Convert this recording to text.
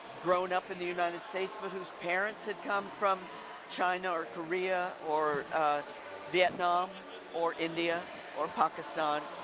grown up in the united states, but who's parents had come from china or korea, or vietnam or india or pakistan.